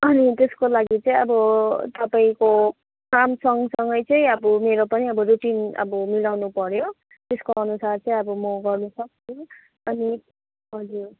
अनि त्यसको लागि चाहिँ अब तपाईँको काम सँगसँगै चाहिँ अब मेरो पनि अब रुटिन अब मिलाउनु पऱ्यो त्यसको अनुसार चाहिँ अब म गर्नुसक्छु अनि हजुर